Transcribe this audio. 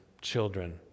children